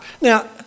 now